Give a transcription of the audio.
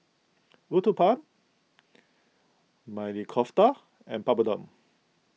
Uthapam Maili Kofta and Papadum